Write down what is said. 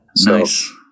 Nice